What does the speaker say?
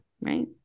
right